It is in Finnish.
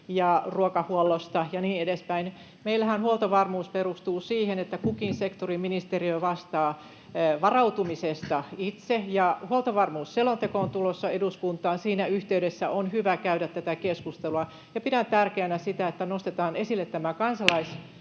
ruokahuollosta ja niin edespäin: Meillähän huoltovarmuus perustuu siihen, että kukin sektoriministeriö vastaa varautumisesta itse. Huoltovarmuusselonteko on tulossa eduskuntaan, ja siinä yhteydessä on hyvä käydä tätä keskustelua. Pidän tärkeänä, että myös nostetaan esille kansalaisnäkökulma